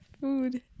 food